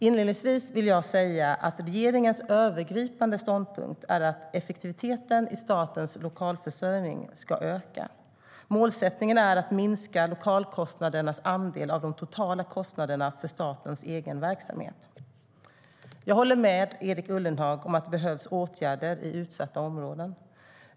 Inledningsvis vill jag säga att regeringens övergripande ståndpunkt är att effektiviteten i statens lokalförsörjning ska öka. Målsättningen är att minska lokalkostnadernas andel av de totala kostnaderna för statens egen verksamhet. Jag håller med Erik Ullenhag om att det behövs åtgärder i utsatta områden.